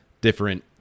different